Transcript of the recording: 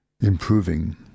improving